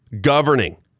governing